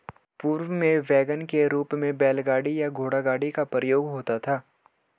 पूर्व में वैगन के रूप में बैलगाड़ी या घोड़ागाड़ी का प्रयोग होता था